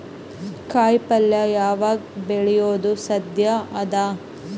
ಕಾಯಿಪಲ್ಯ ಯಾವಗ್ ಬೆಳಿಯೋದು ಸಾಧ್ಯ ಅದ?